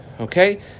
Okay